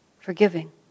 forgiving